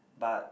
but